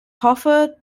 hoffe